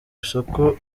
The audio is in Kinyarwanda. isoko